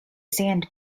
sand